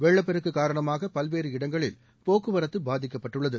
வெள்ளப்பெருக்கு காரணமாக பல்வேறு இடங்களில் போக்குவரத்து பாதிக்கப்பட்டுள்ளது